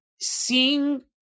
seeing